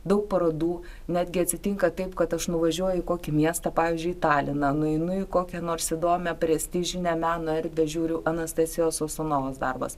daug parodų netgi atsitinka taip kad aš nuvažiuoju į kokį miestą pavyzdžiui taliną nueinu į kokią nors įdomią prestižinę meno erdvę žiūriu anastasijos sosunovos darbas